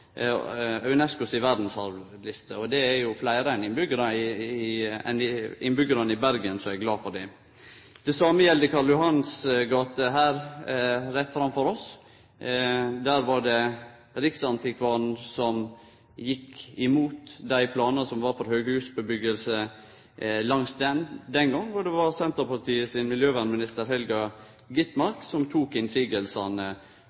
si verdsarvliste. Det er jo fleire enn innbyggjarane i Bergen som er glade for det. Det same gjeld Karl Johans gate her rett framfor oss. Det var riksantikvaren som gjekk imot planane om bygging av høghus langs den gata den gongen, og det var Senterpartiet sin miljøvernminister